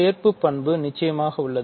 சேர்ப்புப் பண்பு நிச்சயமாக உள்ளது